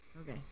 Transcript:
Okay